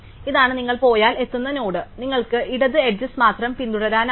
ഇതാണ് നിങ്ങൾ പോയാൽ എത്തുന്ന നോഡ് നിങ്ങൾക്ക് ഇടത് എഡ്ജസ് മാത്രം പിന്തുടരാനാകും